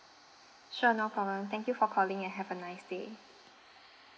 sure no problem thank you for calling and have a nice day